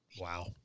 Wow